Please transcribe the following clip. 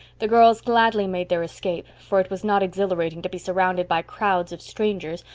the girls gladly made their escape, for it was not exhilarating to be surrounded by crowds of strangers,